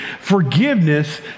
forgiveness